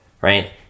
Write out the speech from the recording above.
right